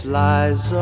lies